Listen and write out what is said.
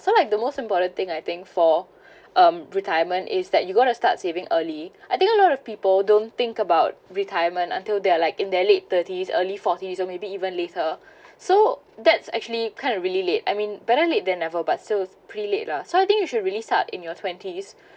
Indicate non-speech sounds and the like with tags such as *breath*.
so like the most important thing I think for *breath* um retirement is that you going to start saving early I think a lot of people don't think about retirement until they're like in their late thirties early forties or maybe even later *breath* so that's actually kind of really late I mean better late than never but so pretty late lah so I think you should really start in your twenties